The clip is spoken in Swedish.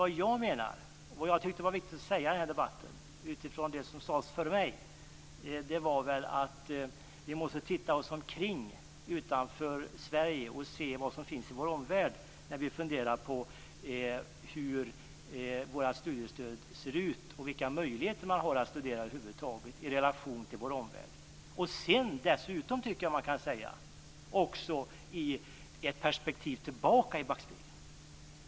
Vad jag menar och vad jag tyckte var viktigt att säga i den här debatten utifrån det som sades före mig var väl att vi måste titta oss omkring utanför Sverige och se vad som finns i vår omvärld när vi funderar på hur våra studiestöd ser ut och vilka möjligheter man har att studera över huvud taget i relation till vår omvärld. Dessutom tycker jag att man också kan se det i ett perspektiv bakåt.